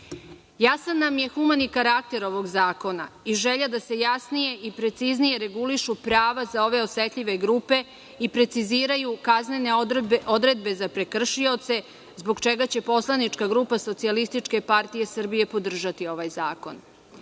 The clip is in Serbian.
nam je humani karakter ovog zakona i želja da se jasnije i preciznije regulišu prava za ove osetljive grupe i preciziraju kaznene odredbe za prekršioce, zbog čega će poslanička grupa SPS podržati ovaj